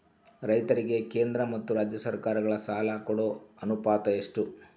ರೈತರಿಗೆ ಕೇಂದ್ರ ಮತ್ತು ರಾಜ್ಯ ಸರಕಾರಗಳ ಸಾಲ ಕೊಡೋ ಅನುಪಾತ ಎಷ್ಟು?